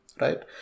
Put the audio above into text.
right